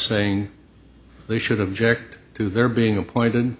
saying they should object to their being appointed